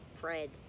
Fred